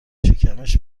شکمش